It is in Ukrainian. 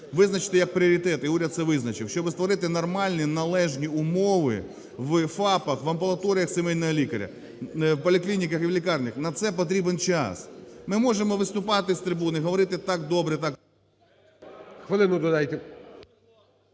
визначити як пріоритет, і уряд це визначив, щоби створити нормальні, належні умови в ФАПах, в амбулаторіях сімейного лікаря, в поліклініках і в лікарнях. На це потрібен час. Ми можемо виступати з трибуни, говорити, так добре, так… ГОЛОВУЮЧИЙ. Хвилину додайте.